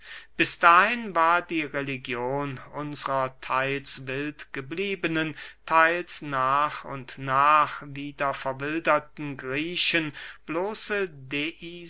bis dahin war die religion unsrer theils wild gebliebenen theils nach und nach wieder verwilderten griechen bloße